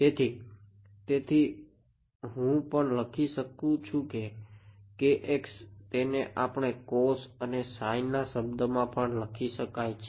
તેથી તેથી હું પણ લખી શકું છું તેને આપણે cos અને sin ના શબ્દમાં પણ લખી શકાય છે